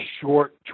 short